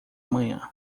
manhã